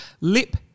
Lip